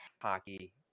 hockey